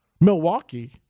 Milwaukee